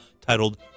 titled